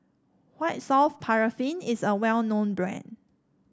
White Soft Paraffin is a well known brand